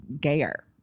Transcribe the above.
gayer